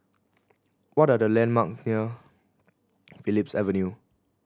what are the landmark near Phillips Avenue